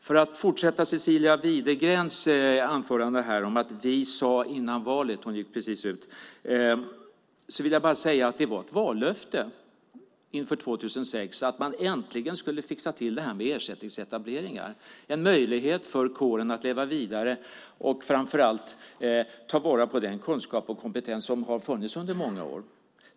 För att fortsätta Cecilia Widegrens anförande om att "vi sade innan valet" - hon gick precis ut - vill jag säga att det var ett vallöfte inför 2006 att man äntligen skulle fixa till ersättningsetableringar. Det är en möjlighet för kåren att leva vidare, och framför allt handlar det om att ta vara på den kunskap och kompetens som har funnits under många år.